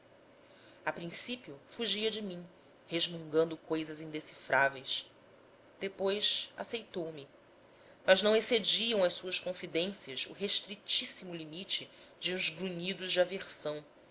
a principio fugia de mim resmungando coisas indecifráveis depois aceitou me mas não excediam as suas confidências o restritíssimo limite de uns grunhidos de aversão